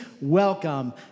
welcome